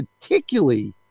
particularly